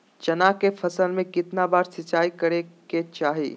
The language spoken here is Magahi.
चना के फसल में कितना बार सिंचाई करें के चाहि?